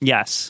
Yes